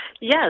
Yes